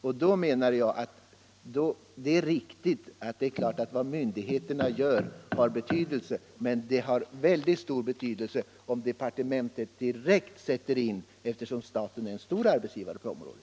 Vad myndigheterna gör har naturligtvis betydelse, men det har också väldigt stor betydelse om departementet direkt sätter in åtgärder, eftersom staten är en stor arbetsgivare på området.